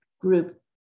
group